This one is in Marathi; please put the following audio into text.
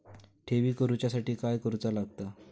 ठेवी करूच्या साठी काय करूचा लागता?